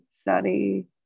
study